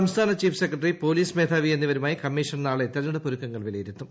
സംസ്ഥാന chief secretary police മേധാവിക്ഷ്മീണിവരുമായി commission നാളെ തെരഞ്ഞെടുപ്പ് ഒരുക്കങ്ങൾ ഷ്ട്രീലിയിരുത്തും